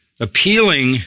appealing